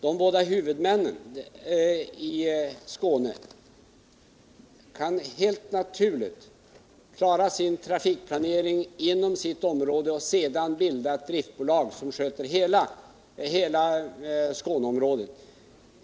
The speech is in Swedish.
De båda huvudmännen i Skåne kan helt naturligt klara sin trafikplanering inom sitt område och sedan bilda ett driftbolag som sköter hela Skåneområdet.